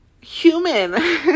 human